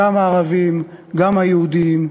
גם הערבים, גם היהודים,